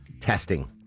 testing